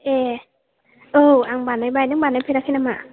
ए औ आं बानायबाय नों बानाय फेराखै नामा